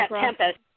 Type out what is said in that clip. Tempest